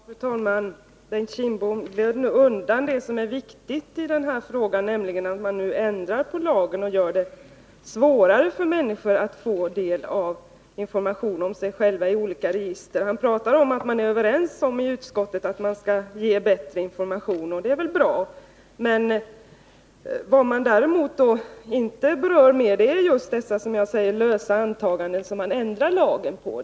Fru talman! Bengt Kindbom gled undan det som är viktigt i den här frågan, Besparingar i nämligen att man nu ändrar lagen och gör det svårare för människor atti olika — sjatsverksamh eten, register få del av information om sig själva. Han talar om att utskottets» m. ledamöter är överens om att bättre information skall ges, och det är väl bra. Vad man däremot inte berör är just de enligt min mening lösa antaganden som man utgår från när man ändrar lagen.